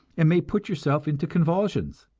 and may put yourself into convulsions.